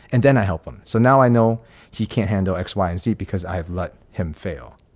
and then i help him. so now i know he can't handle x, y and z because i have let him fail.